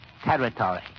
territory